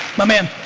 my man.